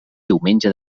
diumenge